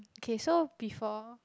okay so before